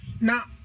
Now